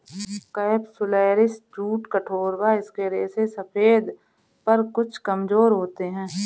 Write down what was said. capsularis jute कठोर व इसके रेशे सफेद पर कुछ कमजोर होते हैं